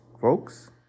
folks